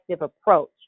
approach